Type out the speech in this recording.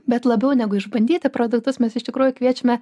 bet labiau negu išbandyti produktus mes iš tikrųjų kviečiame